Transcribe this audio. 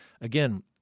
again